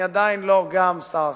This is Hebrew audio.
אני עדיין לא גם שר החינוך.